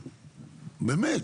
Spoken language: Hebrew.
באמת.